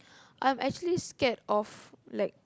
I'm actually scared of like